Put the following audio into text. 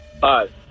Five